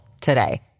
today